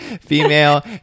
Female